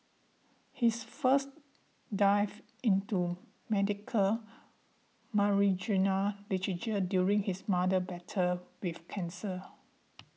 his first delved into medical marijuana literature during his mother's battle with cancer